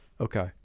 Okay